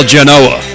Genoa